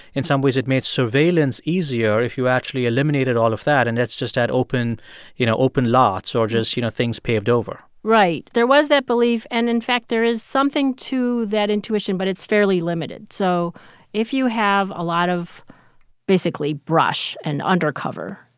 in some ways, it made surveillance easier if you actually eliminated all of that and it's just that open you know, open lots or just, you know, things paved over right. there was that belief, and, in fact, there is something to that intuition, but it's fairly limited. so if you have a lot of basically brush and undercover,